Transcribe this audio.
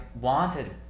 wanted